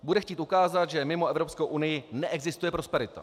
Bude chtít ukázat, že mimo Evropskou unii neexistuje prosperita.